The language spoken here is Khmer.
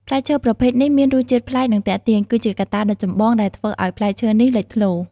ផ្លែឈើប្រភេទនេះមានរសជាតិប្លែក និងទាក់ទាញ គឺជាកត្តាដ៏ចម្បងដែលធ្វើឱ្យផ្លែឈើនេះលេចធ្លោ។